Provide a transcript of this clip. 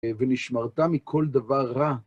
ונשמרת מכל דבר רע.